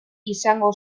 izango